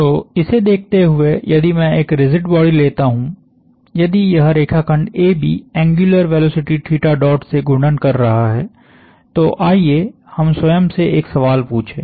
तो इसे देखते हुए यदि मैं एक रिजिड बॉडी लेता हूं यदि यह रेखाखंड AB एंग्युलर वेलोसिटी से घूर्णन कर रहा है तो आइए हम स्वयं से एक सवाल पूछें